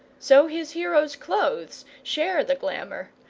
so his heroes' clothes share the glamour,